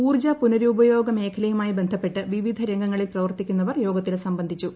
ഊർജ്ജ പുനരുപയോഗ മേഖലയുമായി ബന്ധപ്പെട്ട് വിവിധ രംഗങ്ങളിൽ പ്രവർത്തിക്കുന്നവർ യോഗത്തിൽ സംബന്ധിച്ചു